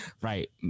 Right